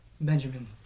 Benjamin